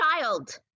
child